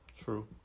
True